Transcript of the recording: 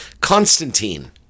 Constantine